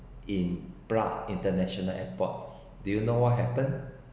in prague international airport do you know what happen